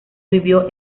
vivió